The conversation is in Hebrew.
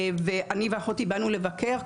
אני ואחותי באנו לבקר,